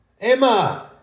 Emma